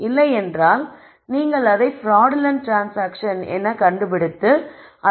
இல்லையென்றால் நீங்கள் அதைக் பிராடுலண்ட் ட்ரான்ஸ்சாங்க்ஷன் கண்டுபிடித்து அதற்கான கட்டணத்தை நிறுத்தலாம்